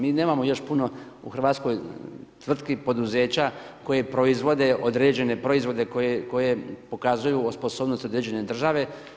Mi nemamo još puno u Hrvatskoj tvrtki, poduzeća koje proizvode određene proizvode koje pokazuju o sposobnosti određene države.